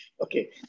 Okay